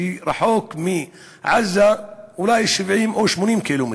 שרחוקה מעזה אולי 70 או 80 קילומטר.